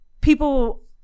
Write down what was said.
people